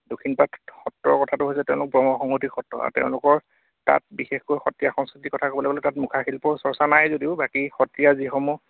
দক্ষিণপাট সত্ৰৰ কথাটো হৈছে তেওঁলোক ব্ৰহ্মসংহতি সত্ৰ আৰু তেওঁলোকৰ তাত বিশেষকৈ সত্ৰীয়া সংস্কৃতিৰ কথা ক'বলৈ গ'লে তাত মুখাশিল্পৰ চৰ্চা নাই যদিও বাকী সত্ৰীয়া যিসমূহ